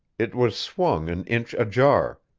it was swung an inch ajar,